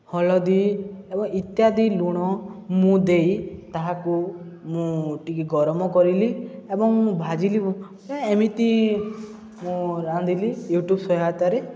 ହଳଦୀ ଏବଂ ଇତ୍ୟାଦି ଲୁଣ ମୁଁ ଦେଇ ତାହାକୁ ମୁଁ ଟିକିଏ ଗରମ କରିଲି ଏବଂ ଭାଜିଲି ଏମିତି ମୁଁ ରାନ୍ଧିଲି ୟୁଟ୍ୟୁବ୍ ସହାୟତାରେ